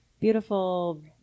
beautiful